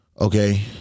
Okay